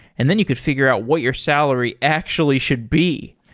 and then you could figure out what your salary actually should be.